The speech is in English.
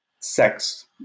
sex